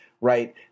right